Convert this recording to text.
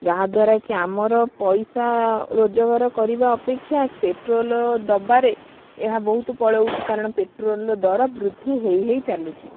ଯାହା ଦ୍ବାରା କି ଆମର ପଇସା ରୋଜଗାର କରିବା ଅପେକ୍ଷା ପେଟ୍ରୋଲ ଦେବାରେ ଏହା ବହୁତ ପଳଉଛି କାରଣ ପେଟ୍ରୋଲ ର ଦର ବୃଦ୍ଧି ହେଇ ହେଇ ଚାଲୁଛି